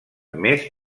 més